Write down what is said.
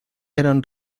eran